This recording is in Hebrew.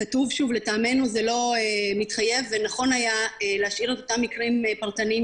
לטעמנו זה לא מתחייב מהמצב המשפטי,